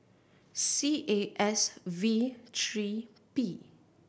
C A S V three P